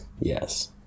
Yes